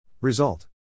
Result